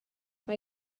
mae